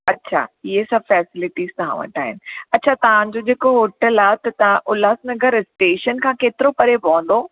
अच्छा इहे सभु फैसिलिटीस तव्हां वटि आहिनि अच्छा तव्हांजो जेको होटल आहे त तव्हां उल्हास नगर स्टेशन खां केतिरो परे पवंदो